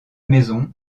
maison